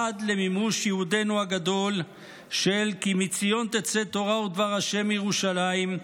עד למימוש ייעודנו הגדול של "כי מציון תצא תורה ודבר ה' מירושלים",